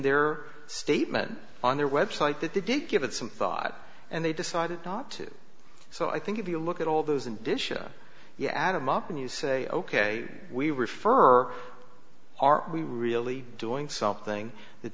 their statement on their website that they did give it some thought and they decided not to so i think if you look at all those and disha you add them up and you say ok we refer are we really doing something that